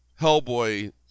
Hellboy